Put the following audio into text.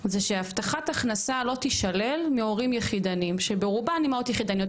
זה שהבטחת הכנסה לא תישלל להורים יחידניים שברובם אימהות יחידניות,